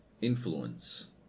influence